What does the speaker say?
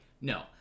no